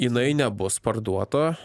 jinai nebus parduota